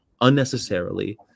unnecessarily